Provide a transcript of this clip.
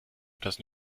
etwas